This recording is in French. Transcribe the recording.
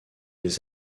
les